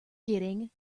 getting